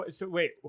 Wait